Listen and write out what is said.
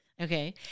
Okay